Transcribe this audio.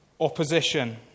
Opposition